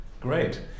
Great